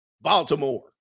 Baltimore